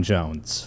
Jones